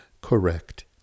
correct